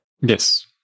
Yes